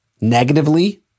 negatively